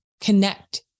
connect